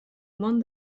món